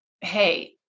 hey